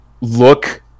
look